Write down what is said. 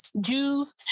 Jews